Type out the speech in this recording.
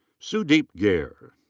sudeep gaire.